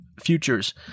futures